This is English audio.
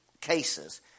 cases